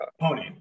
Pony